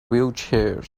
wheelchairs